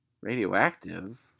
radioactive